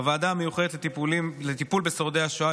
בוועדה המיוחדת לטיפול בשורדי השואה,